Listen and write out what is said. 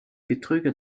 betrüger